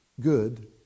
good